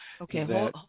okay